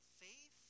faith